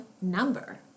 number